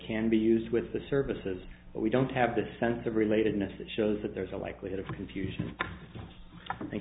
can be used with the services but we don't have the sense of relatedness that shows that there is a likelihood of confusion